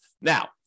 Now